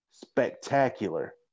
spectacular